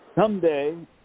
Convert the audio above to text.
Someday